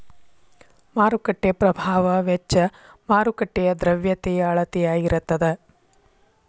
ಮಾರುಕಟ್ಟೆ ಪ್ರಭಾವ ವೆಚ್ಚ ಮಾರುಕಟ್ಟೆಯ ದ್ರವ್ಯತೆಯ ಅಳತೆಯಾಗಿರತದ